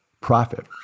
profit